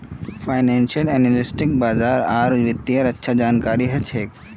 financial एनालिस्टक बाजार आर वित्तेर अच्छा जानकारी ह छेक